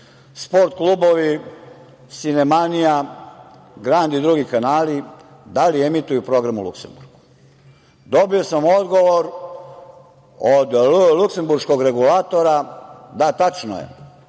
sport klubovi, Sinemanija, Grand i drugi kanali da li emituju program u Luksemburgu. Dobio sam odgovor od luksemburškog regulatora - da, tačno je,